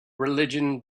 religion